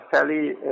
fairly